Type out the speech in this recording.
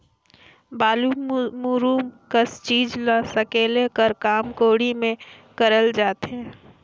बालू, मूरूम कस चीज ल सकेले कर काम कोड़ी मे करल जाथे